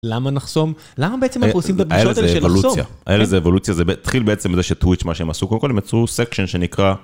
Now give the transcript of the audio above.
למה נחסום, למה בעצם אנחנו עושים את הדרישות האלה של לחסום? היה לזה אבולוציה, היה לזה אבולוציה, זה התחיל בעצם בזה שטוויץ' מה שהם עשו קודם כל הם יצרו סקשן שנקרא.